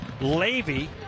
Levy